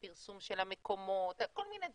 הפרסום של המקומות, כל מיני דברים.